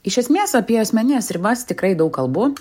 iš esmės apie asmenines ribas tikrai daug kalbu